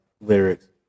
Lyrics